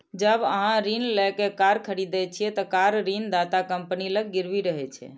जब अहां ऋण लए कए कार खरीदै छियै, ते कार ऋणदाता कंपनी लग गिरवी रहै छै